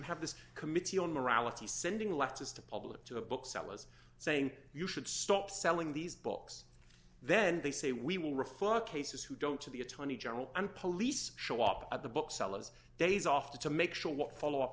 have this committee on morality sending letters to public to a booksellers saying you should stop selling these books then they say we will refer cases who don't to the attorney general and police show up at the bookseller's days off to make sure what follow up